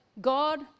God